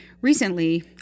Recently